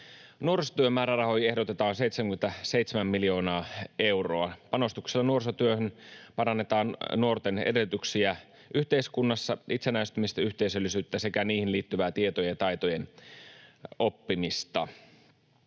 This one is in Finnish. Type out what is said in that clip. Nuorisotyön määrärahoihin ehdotetaan 77 miljoonaa euroa. Panostuksella nuorisotyöhön parannetaan nuorten edellytyksiä yhteiskunnassa, itsenäistymistä, yhteisöllisyyttä sekä niihin liittyvää tietojen ja taitojen oppimista.